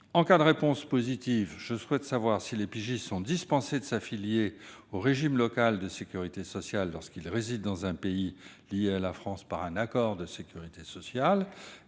En cas de réponse positive, je souhaite savoir si les pigistes sont dispensés de s'affilier au régime local de sécurité sociale lorsqu'ils résident dans un pays lié à la France par un accord de sécurité sociale.